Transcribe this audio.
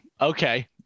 okay